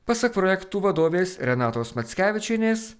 pasak projektų vadovės renatos mackevičienės